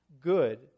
good